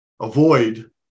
avoid